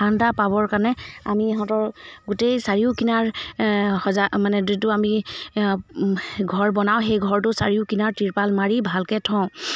ঠাণ্ডা পাবৰ কাৰণে আমি ইহঁতৰ গোটেই চাৰিও কিনাৰ সজা মানে যিটো আমি ঘৰ বনাওঁ সেই ঘৰটো চাৰিও কিনাৰ তিৰপাল মাৰি ভালকৈ থওঁ